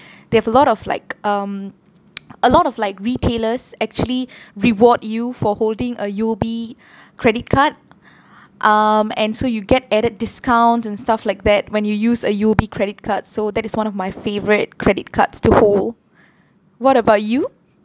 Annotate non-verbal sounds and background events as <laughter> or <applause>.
they have a lot of like um <noise> a lot of like retailers actually reward you for holding a U_O_B credit card um and so you get added discounts and stuff like that when you use a U_O_B credit card so that is one of my favourite credit cards to hold what about you